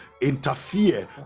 interfere